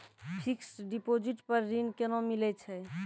Fixed deposit पर ऋण केना मिलै छै?